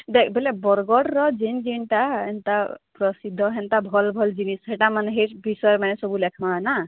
ଦେଖ ବେଲେ ବରଗଡ଼ର ଯେନ ଯେନଟା ହେନ୍ତା ପ୍ରସିଦ୍ଧ ହେନ୍ତା ଭଲ ଭଲ ଜିନିଷ ହେଟାମାନେ ହେ ବିଷୟମାନେ ସବୁ ଲେଖମା ନାଁ